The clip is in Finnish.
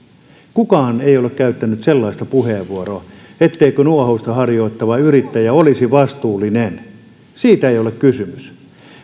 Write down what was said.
kukaan ei ole käyttänyt sellaista puheenvuoroa etteikö nuohousta harjoittava yrittäjä olisi vastuullinen siitä ei ole kysymys